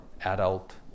adult